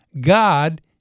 God